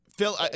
Phil